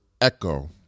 echo